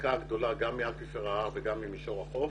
ההפקה הגדולה, גם מאקוויפר ההר וגם ממישור החוף,